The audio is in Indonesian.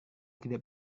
tidak